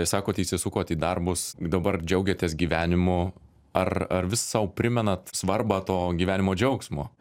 sakot įsisukot į darbus dabar džiaugiatės gyvenimu ar ar vis sau primenant svarbą to gyvenimo džiaugsmo